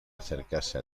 acercarse